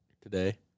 today